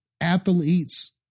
athletes